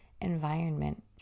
environment